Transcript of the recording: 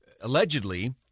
allegedly